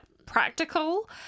practical